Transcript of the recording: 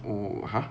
oh !huh!